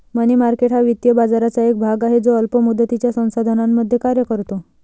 मनी market हा वित्तीय बाजाराचा एक भाग आहे जो अल्प मुदतीच्या साधनांमध्ये कार्य करतो